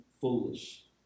foolish